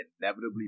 inevitably